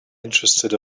interested